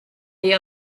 the